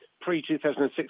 pre-2006